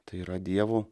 tai yra dievo